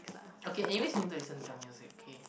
okay anyways you need to listen to their music okay